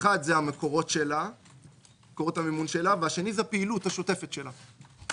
האחד הוא מקורות המימון שלה והשני הוא הפעילות השוטפת שלה.